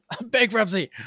Bankruptcy